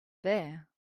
there